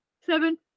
seven